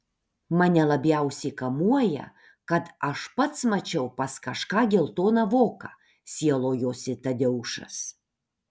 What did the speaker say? mane labiausiai kamuoja kad aš pats mačiau pas kažką geltoną voką sielojosi tadeušas